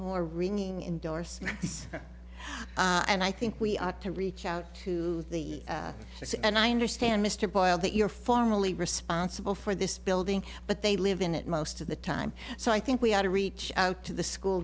more ringing endorsement and i think we ought to reach out to the base and i understand mr boyle that you're formally responsible for this building but they live in it most of the time so i think we ought to reach out to the school